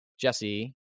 Jesse